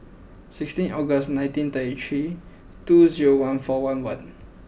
sixteen August nineteen thirty three two zero one four one one